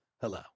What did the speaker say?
hello